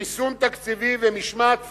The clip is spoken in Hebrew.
ריסון תקציבי ומשמעת פיסקלית,